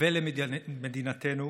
ולמדינתנו